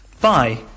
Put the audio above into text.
Bye